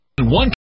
one